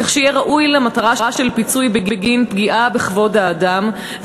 כך שיהיה ראוי למטרה של פיצוי בגין פגיעה בכבוד האדם,